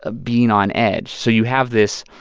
ah being on edge. so you have this